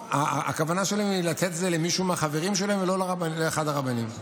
הכוונה שלהם היא לתת את זה למישהו מהחברים שלהם ולא לאחד הרבנים.